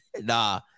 Nah